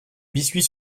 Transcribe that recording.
biscuits